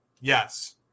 Yes